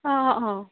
অঁ অঁ